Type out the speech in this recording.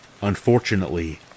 Unfortunately